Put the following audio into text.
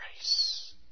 grace